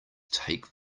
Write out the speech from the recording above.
take